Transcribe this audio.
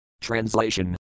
Translation